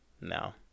No